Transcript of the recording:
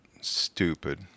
stupid